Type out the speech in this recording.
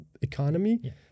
economy